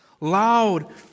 loud